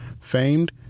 famed